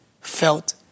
felt